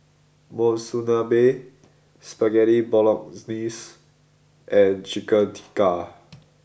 Monsunabe Spaghetti Bolognese and Chicken Tikka